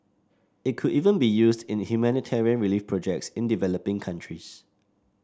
it could even be used in humanitarian relief projects in developing countries